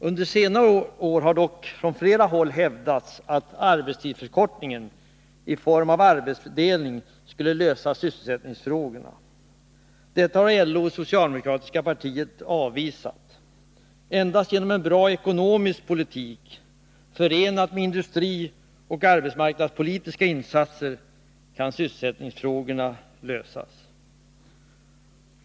Under senare år har dock från flera håll hävdats att arbetstidsförkortningen i form av arbetsdelning skulle lösa sysselsättningsfrågorna. Detta har LO och socialdemokratiska partiet avvisat. Endast genom en bra ekonomisk politik förenad med industripolitiska och arbetsmarknadspolitiska insatser kan sysselsättningsfrågorna lösas.